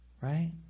right